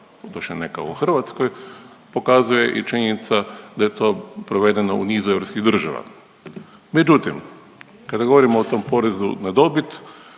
doduše ne kao u Hrvatskoj, pokazuje i činjenica da je to provedeno u nizu europskih država. Međutim, kada govorimo o tom porezu na dobit